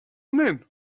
man